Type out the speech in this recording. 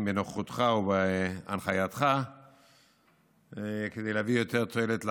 בנוכחותך ובהנחייתך כדי להביא יותר תועלת לעם.